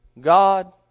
God